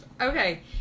Okay